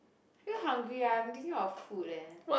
feel hungry ah I'm thinking of food eh